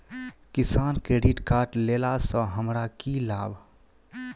किसान credit card लेला सऽ हमरा की लाभ?